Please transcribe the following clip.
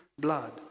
blood